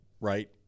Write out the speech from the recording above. right